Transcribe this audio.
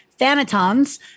thanatons